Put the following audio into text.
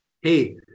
hey